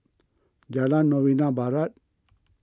Jalan Novena Barat